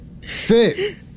Sit